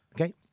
Okay